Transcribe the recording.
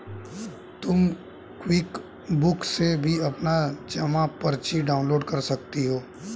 तुम क्विकबुक से भी अपनी जमा पर्ची डाउनलोड कर सकती हो